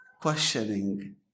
questioning